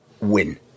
win